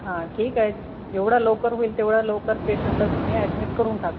हो ठीक आहे जेवढ्या लवकर होईल तेवढ्या लवकर पेशंटला तुम्ही ॲडमिट करून टाका